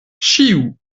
ĉiu